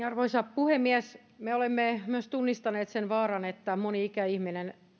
arvoisa puhemies me olemme myös tunnistaneet sen vaaran että moni ikäihminen